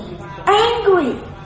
Angry